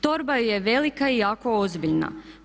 Torba je velika i jako ozbiljna.